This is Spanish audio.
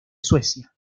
suecia